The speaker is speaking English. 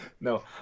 No